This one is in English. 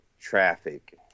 traffic